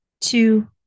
two